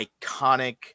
iconic